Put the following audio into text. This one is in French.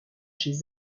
chez